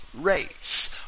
race